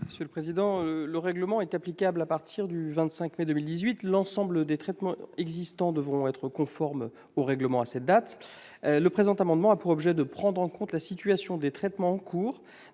M. Jérôme Durain. Le règlement est applicable à partir du 25 mai 2018. L'ensemble des traitements existants devront donc être conformes au règlement à cette date. Le présent amendement a pour objet de prendre en compte la situation des traitements en cours